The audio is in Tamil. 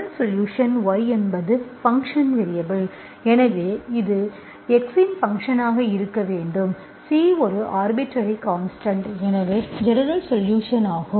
y என்பது ஃபங்க்ஷன் வேரியபல் எனவே இது x இன் ஃபங்க்ஷன் ஆக இருக்க வேண்டும் C ஒரு ஆர்பிட்டரரி கான்ஸ்டன்ட் என்பது ஜெனரல்சொலுஷன் ஆகும்